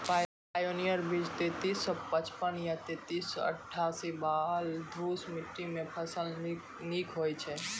Pioneer बीज तेंतीस सौ पचपन या तेंतीस सौ अट्ठासी बलधुस मिट्टी मे फसल निक होई छै?